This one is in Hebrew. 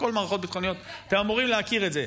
הכול מערכות ביטחוניות, אתם אמורים להכיר את זה.